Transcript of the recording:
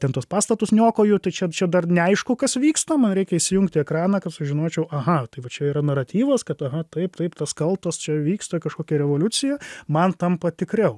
ten tuos pastatus niokoju tai čia čia dar neaišku kas vyksta man reikia įsijungti ekraną kad sužinočiau aha tai va čia yra naratyvas kad aha taip taip tas kaltas čia vyksta kažkokia revoliucija man tampa tikriau